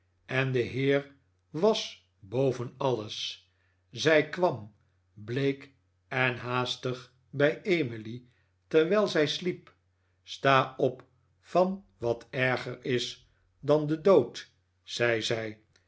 en de heer was boven alles zij kwam bleek en haastig bij emily terwijl zij sliep sta op van david copper field wat erger is dan de dood zei